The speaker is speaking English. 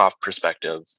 perspective